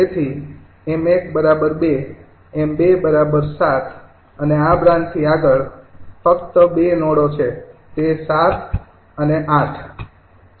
તેથી 𝑚૧ ૨ 𝑚૨ ૭ અને આ બ્રાન્ચથી આગળ ફક્ત ૨ નોડો છે તે ૭ અને ૮ છે